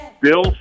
Bill